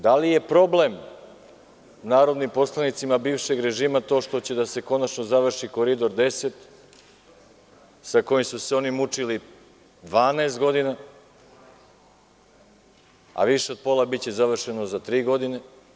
Da li je problem narodnim poslanicima bivšeg režima to što će konačno da se završi Koridor 10, sa kojim su se oni mučili 12 godina a više od pola biće završeno za tri godine.